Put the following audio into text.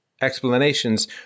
explanations